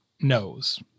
knows